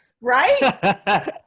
right